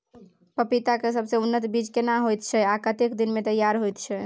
पपीता के सबसे उन्नत बीज केना होयत छै, आ कतेक दिन में तैयार होयत छै?